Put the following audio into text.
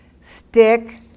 Stick